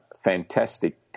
fantastic